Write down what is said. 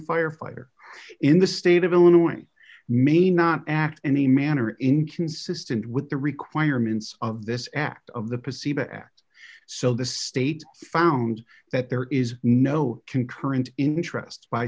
firefighter in the state of illinois may not act any manner inconsistent with the requirements of this act of the procedure act so the state found that there is no concurrent interest by